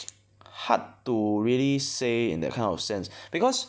hard to really say in that kind of sense because